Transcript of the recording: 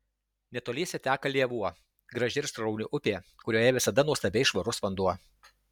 netoliese teka lėvuo graži ir srauni upė kurioje visada nuostabiai švarus vanduo